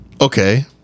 Okay